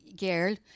girl